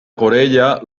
corella